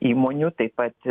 įmonių taip pat